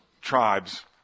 tribes